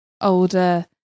older